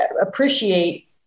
appreciate